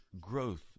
growth